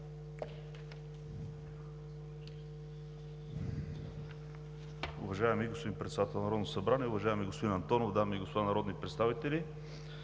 Уважаеми господин Председател на Народното събрание, уважаеми господин Антонов, уважаеми дами и господа народни представители.